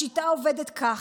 השיטה עובדת כך: